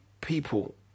people